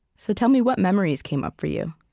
so tell me what memories came up for you